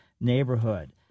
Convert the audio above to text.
neighborhood